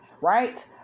right